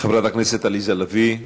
חברת הכנסת עליזה לביא,